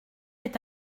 est